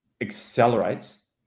accelerates